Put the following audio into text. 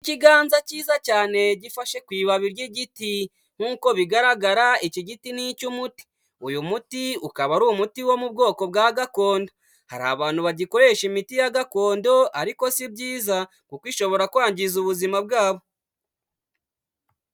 Ikiganza cyiza cyane gifashe ku ibabi ry'igiti nk'uko bigaragara icyo giti ni icy'umuti, uyu muti ukaba ari umuti wo mu bwoko bwa gakondo, hari abantu bagikoresha imiti ya gakondo ariko si byiza, kuko ishobora kwangiza ubuzima bwabo.